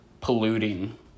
polluting